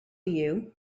you